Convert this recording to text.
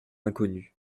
inconnus